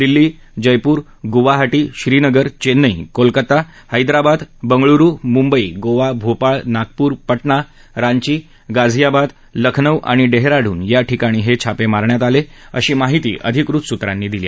दिल्ली जयपूर गुवाहाटी श्रीनगर चेन्नई कोलकाता हैदराबाद बंगळुरू मुंबई गोवा भोपाळ नागपुर पटना रांची गाजियाबाद लखनऊ आणि डेहराडून या ठिकाणी हे छापे मारण्यात आले अशी माहिती अधिकृत सूत्रांनी दिली